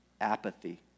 apathy